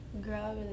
Girl